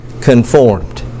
conformed